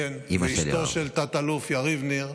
אשתו של תת-אלוף יריב ניר,